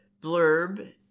blurb